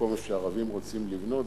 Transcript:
איפה שהערבים רוצים לבנות,